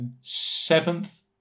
seventh